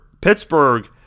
Pittsburgh